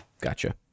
Gotcha